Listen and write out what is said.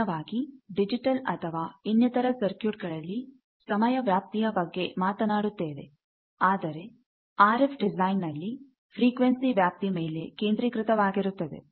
ಸಾಮಾನ್ಯವಾಗಿ ಡಿಜಿಟಲ್ ಅಥವಾ ಇನ್ನಿತರ ಸರ್ಕಿಟ್ಗಳಲ್ಲಿ ಸಮಯ ವ್ಯಾಪ್ತಿಯ ಬಗ್ಗೆ ಮಾತನಾಡುತ್ತೇವೆ ಆದರೆ ಆರ್ ಎಫ್ ಡಿಸೈನ್ ನಲ್ಲಿ ಫ್ರಿಕ್ವೆನ್ಸಿ ವ್ಯಾಪ್ತಿ ಮೇಲೆ ಕೇಂದ್ರೀಕೃತವಾಗಿರುತ್ತದೆ